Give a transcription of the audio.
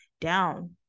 down